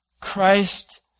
Christ